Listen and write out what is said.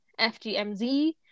fgmz